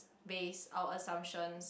based our assumptions